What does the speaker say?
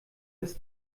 des